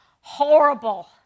horrible